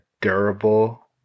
durable